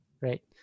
right